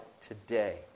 today